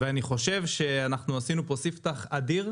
ואני חושב שאנחנו עשינו פה שיא פתח אדיר.